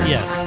Yes